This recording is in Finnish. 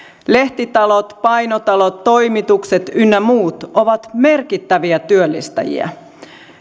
lehtitalot painotalot toimitukset ynnä muut ovat merkittäviä työllistäjiä